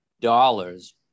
dollars